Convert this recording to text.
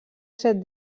set